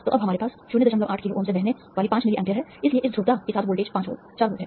तो अब हमारे पास 08 किलो ओम से बहने वाली 5 मिली amp है इसलिए इस ध्रुवता के साथ वोल्टेज 4 वोल्ट है